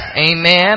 Amen